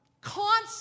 Constant